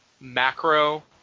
macro